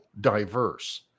diverse